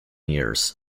years